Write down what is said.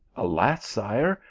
alas sire,